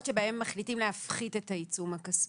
בהן מחליטים להפחית את העיצום הכספי.